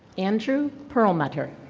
andrew pearlmeter.